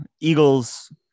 Eagles